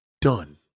done